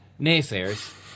naysayers